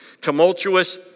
tumultuous